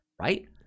right